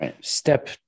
step